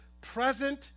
present